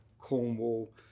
Cornwall